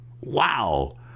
Wow